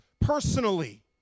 personally